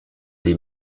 des